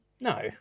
No